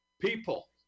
people